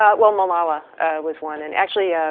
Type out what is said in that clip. ah well, malala was one, and actually ah